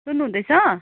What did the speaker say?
सुन्नु हुँदैछ